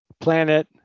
planet